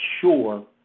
sure